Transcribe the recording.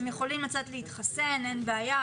הם יכולים לצאת להתחסן ואין בעיה,